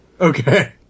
Okay